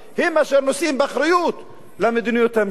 הם אשר נושאים באחריות למדיניות הממשלה.